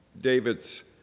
David's